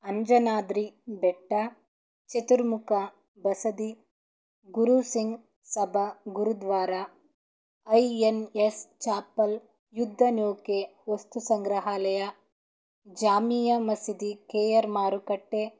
ಅಂಜನಾದ್ರಿ ಬೆಟ್ಟ Chaturmukha Basadi Gurusingh Sabha Gurudwara I N S Chapal ಯುದ್ಧನೌಕೆ ವಸ್ತು ಸಂಗ್ರಹಾಲಯ ಜಾಮಿಯಾ ಮಸೀದಿ ಕೆ ಅರ್ ಮಾರುಕಟ್ಟೆ